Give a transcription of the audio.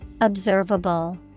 Observable